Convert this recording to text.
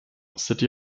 city